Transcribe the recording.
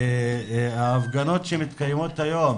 ההפגנות שמתקיימות היום